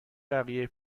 بقیه